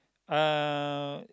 uh